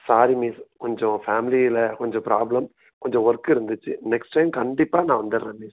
sorry miss கொஞ்சம் ஃபேமிலியில் கொஞ்சம் ப்ராப்ளம் கொஞ்சம் ஒர்க் இருந்துச்சு நெக்ஸ்ட் டைம் கண்டிப்பாக நான் வந்துடுறேன் மிஸ்